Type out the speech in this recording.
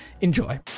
enjoy